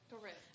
Correct